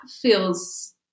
feels